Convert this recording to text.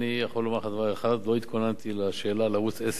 אני יכול לומר לך דבר אחד: לא התכוננתי לשאלה על ערוץ-10.